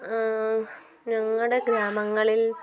ഞങ്ങളുടെ ഗ്രാമങ്ങളിൽ